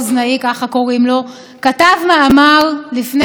כתב מאמר לפני שנה או שנתיים,